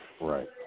Right